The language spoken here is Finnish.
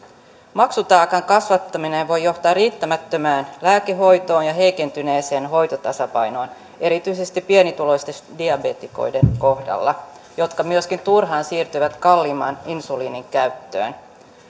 maksutaakan kasvattaminen voi johtaa riittämättömään lääkehoitoon ja heikentyneeseen hoitotasapainoon erityisesti pienituloisten diabeetikoiden kohdalla jotka myöskin turhaan siirtyvät kalliimman insuliinin käyttöön